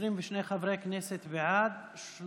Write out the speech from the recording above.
שלושה חברי כנסת מתנגדים.